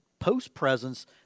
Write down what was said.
post-presence